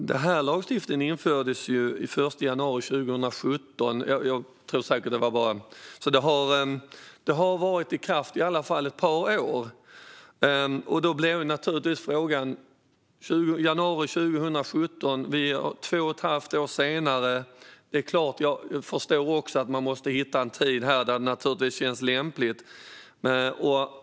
Denna lagstiftning infördes den 1 januari 2017, så den har varit i kraft i åtminstone ett par år. Det har alltså gått två och ett halvt år sedan januari 2017. Jag förstår självklart att man måste hitta en tid då det känns lämpligt.